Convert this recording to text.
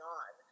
on